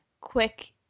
quick